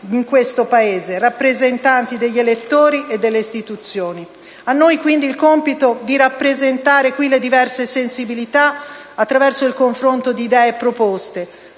di questo Paese, rappresentanti degli elettori e delle istituzioni. A noi quindi il compito di rappresentare in questa sede le diverse sensibilità attraverso il confronto di idee e proposte,